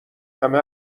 همه